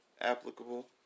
applicable